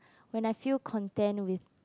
when I feel content with